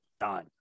Done